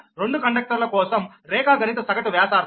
2 కండక్టర్ల కోసం రేఖాగణిత సగటు వ్యాసార్థం